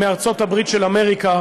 מארצות-הברית של אמריקה,